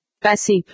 Passive